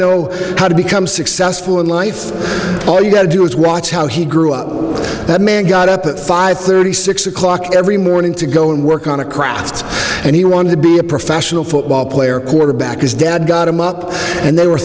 know how to become successful in life all you have to do is watch how he grew up that man got up at five thirty six o'clock every morning to go and work on a craft and he wanted to be a professional football player quarterback his dad got him up and they were